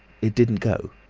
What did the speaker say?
it didn't go.